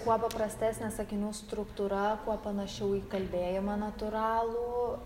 kuo paprastesnė sakinių struktūra kuo panašiau į kalbėjimą natūralų